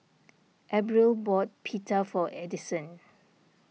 Abril bought Pita for Addyson